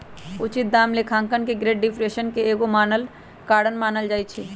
उचित दाम लेखांकन के ग्रेट डिप्रेशन के एगो कारण मानल जाइ छइ